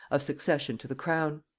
of succession to the crown.